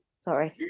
sorry